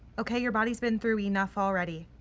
okay? your body's been through enough already.